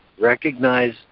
recognize